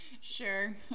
Sure